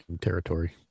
territory